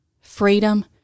freedom